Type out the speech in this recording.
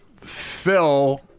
Phil